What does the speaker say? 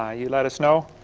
ah you let us know.